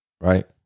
Right